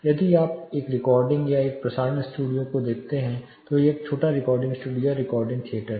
यदि आप एक रिकॉर्डिंग या एक प्रसारण स्टूडियो को देखते हैं तो एक छोटा रिकॉर्डिंग स्टूडियो या एक रिकॉर्डिंग थिएटर को